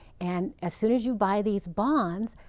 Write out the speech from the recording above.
and as soon as you buy these bonds,